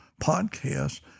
podcast